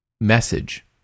message